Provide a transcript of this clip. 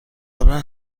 قبلنا